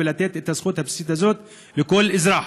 ולתת את הזכות הבסיסית הזאת לכל אזרח.